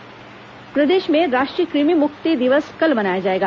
कृमि मुक्ति दिवस प्रदेश में राष्ट्रीय क्रमि मुक्ति दिवस कल मनाया जाएगा